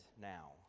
now